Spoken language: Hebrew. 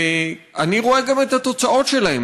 אני רואה גם את התוצאות שלהם.